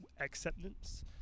acceptance